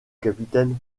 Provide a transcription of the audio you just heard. capitaine